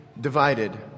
divided